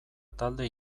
talde